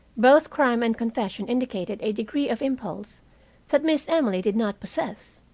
both crime and confession indicated a degree of impulse that miss emily did not possess.